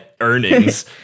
earnings